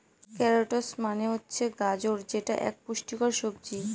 carrots মানে হচ্ছে গাজর যেটা এক পুষ্টিকর সবজি